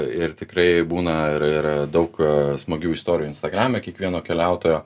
ir tikrai būna ir ir daug smagių istorijų instagrame kiekvieno keliautojo